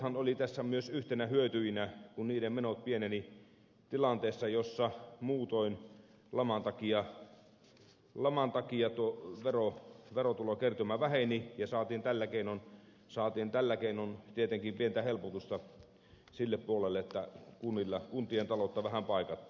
kunnathan olivat tässä myös yhtenä hyötyjänä kun niiden menot pienenivät tilanteessa jossa muutoin laman takia verotulokertymä väheni ja saatiin tällä keinoin tietenkin pientä helpotusta sille puolelle ja kuntien taloutta vähän paikattiin